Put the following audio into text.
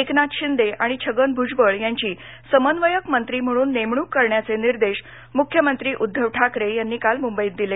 एकनाथ शिंदे आणि छगन भूजबळ यांची समन्वयक मंत्री म्हणून नेमणूक करण्याचे निर्देश मुख्यमंत्री उद्दव ठाकरे यांनी काल मुंबईत दिले